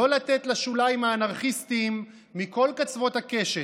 לא לתת לשוליים האנרכיסטיים מכל קצות הקשת,